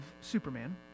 Superman